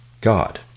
God